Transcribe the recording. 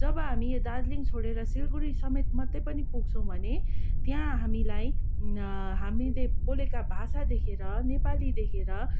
जब हामी यो दार्जिलिङ छोडेर सिलगढी समेत मात्रै पनि पुग्छौँ भने त्यहाँ हामीलाई हामीले बोलेका भाषाहरू देखेर नेपाली देखेर